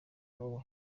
wowe